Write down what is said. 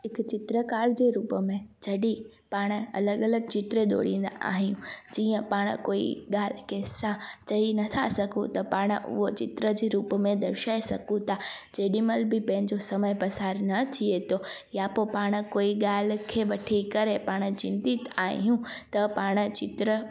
हिकु चित्रकार जे रूप में जॾहिं पाणि अलॻि अॻिॻ चित्र दोरींदा आहियूं जीअं पाणि कोई ॻाल्हि कंहिं सां चई न था सघूं त पाणि उहो चित्र जे रूप में दर्शाए सघूं था जेॾी महिल बि पंहिंजो समय पसारु न थीए थो या पोइ पाणि कोई ॻाल्हि खे वठी करे पाणि चिंतित आहियूं त पाणि चित्र